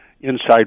inside